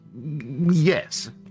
yes